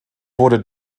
wurde